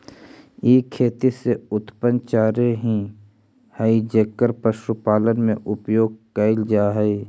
ई खेती से उत्पन्न चारे ही हई जेकर पशुपालन में उपयोग कैल जा हई